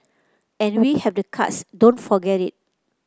and we have the cards don't forget it